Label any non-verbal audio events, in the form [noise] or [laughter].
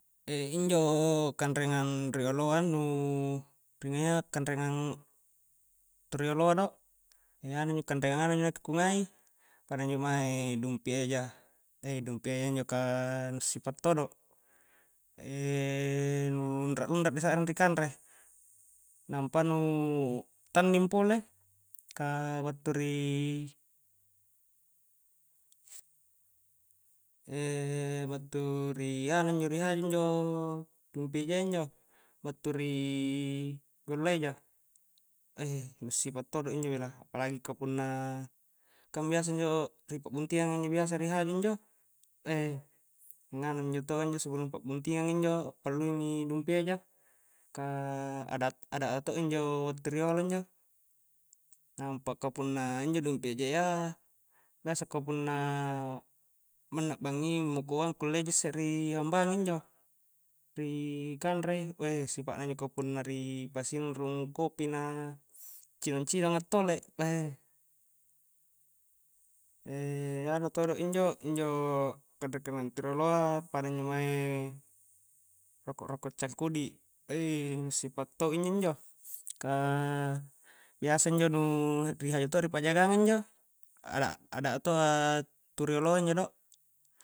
[hesitation] injo kanreangan rioloa nu ringaia kanreangan tu rioloa do, [hesitation] anu kanreangang anu nakke ku ngai pada injo mae dumpi eja [hesitation] dumpi eja injo ka nu'sipa todo, [hesitation] nu lunra-lunra disakring ri kanre nampa nu tanning pole ka battu ri [hesitation] battu ri anu injo rihaju injo dumpi ejayya injo battu ri [hesitation] golla eja,. [hesitation] nu'sipa todo injo bela, apalagi ka punna, kang biasa injo ri pa'buntingang a inni biasa ri haju injo [hesitation] nganu minjo tau a injo sebelung pa'buntingang a injo a'pallui mi dumpi eja ka adat-ada'a to' injo battu riolo injo, nampa ka punna injo dumpi ejayya biasa ka punna manna a'bangngi mukoang kulle i ji isse ri hambangi injo, ri [hesitation] kanre [hesitation] sipa'na injo punna ri pasi inung rung kopi na cidong-cidong a'tole [hesitation] [hesitation] anu todo injo-injo kanre-kanreangang tu rioloa pada injo mae [hesitation] roko'-roko' cangkudi' [hesitation] nu'sipa to injo-njo ka biasa njo nu rihaju to ri pa'jagang a injo, ada'-ada'a [unintelligible] tu rioloa injo do'